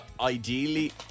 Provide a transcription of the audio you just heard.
Ideally